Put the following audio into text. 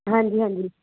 ਹਾਂਜੀ ਹਾਂਜੀ